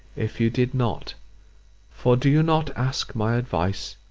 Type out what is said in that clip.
if you did not for do you not ask my advice?